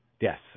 Yes